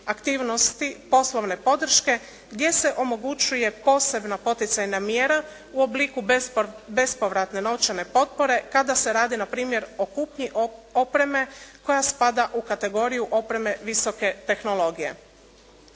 aktivnosti poslovne podrške gdje se omogućuje posebna poticajna mjera u obliku bespovratne novčane potpore kada se radi na primjer o kupnju opreme koja spada u kategoriju opreme visoke tehnologije.